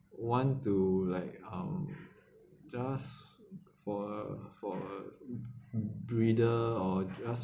want to like um just for a for a breather or just